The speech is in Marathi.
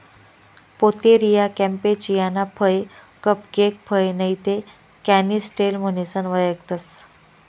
पोतेरिया कॅम्पेचियाना फय कपकेक फय नैते कॅनिस्टेल म्हणीसन वयखतंस